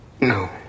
No